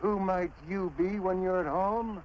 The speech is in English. who might you be when you're at home